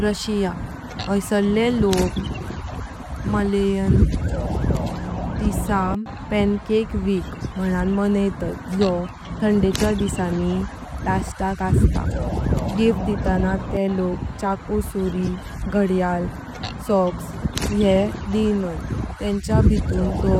रशिया। हैंसारले लोक Maslenitsa (pancake week), मणान मणैतात जो थंडेच्या दिसाणी लस्थक आसता। गिफ्ट दिताना ते लोकांग चाकू सूर्ये, घडईला, सॉक्स येह दीयनां तेंच्या भितून तो